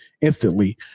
instantly